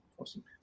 Awesome